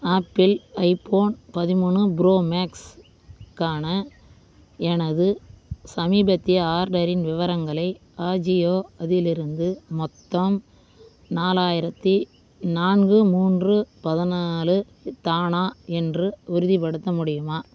apple iPhone பதிமூணு Pro மேக்ஸ்க்கான எனது சமீபத்திய ஆர்டரின் விவரங்களை அஜியோ அதிலிருந்து மொத்தம் நாலாயிரத்து நான்கு மூன்று பதினாலு தானா என்று உறுதிப்படுத்த முடியுமா